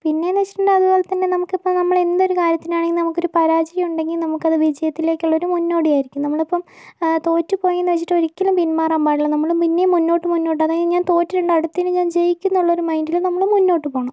പിന്നെയെന്ന് വച്ചിട്ടുണ്ടെങ്കിൽ അതുപോലെ തന്നെ നമുക്കിപ്പോൾ നമ്മുടെ എന്തൊരു കാര്യത്തിനാണെങ്കിലും നമുക്കൊരു പരാജയം ഉണ്ടെങ്കിൽ നമുക്കത് വിജയത്തിലേക്കുള്ളൊരു മുന്നോടിയായിരിക്കും നമ്മളിപ്പോൾ തോറ്റു പോയെന്ന് വച്ചിട്ടൊരിക്കലും പിന്മാറാൻ പാടില്ല നമ്മൾ പിന്നേയും മുന്നോട്ട് മുന്നോട്ട് അതായത് ഞാൻ തോറ്റിട്ടുണ്ടെങ്കിൽ അടുത്തത് ഞാൻ ജയിക്കുമെന്നുള്ളൊരു മൈൻഡിൽ നമ്മൾ മുന്നോട്ട് പോകണം